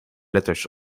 letters